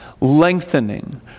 lengthening